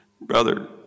Brother